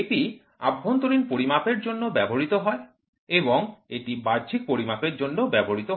এটি অভ্যন্তরীণ পরিমাপের জন্য ব্যবহৃত হয় এবং এটি বাহ্যিক পরিমাপের জন্য ব্যবহৃত হয়